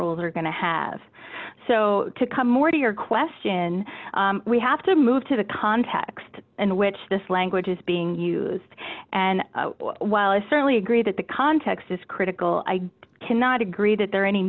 rules are going to have so to come more to your question we have to move to the context in which this language is being used and while i certainly agree that the context is critical i cannot agree that there are any